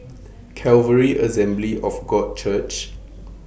Calvary Assembly of God Church